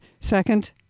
Second